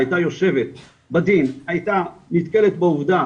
הייתה יושבת בדין והייתה נתקלת בעובדה